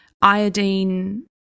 iodine